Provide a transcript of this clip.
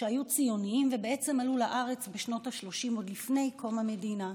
שהיו ציונים ועלו לארץ בשנות השלושים עוד לפני קום המדינה,